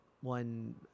one